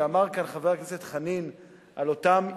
ואמר כאן חבר הכנסת חנין על אותם עיוורים,